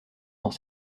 dans